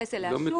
בלהתייחס אליה שוב.